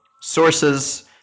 sources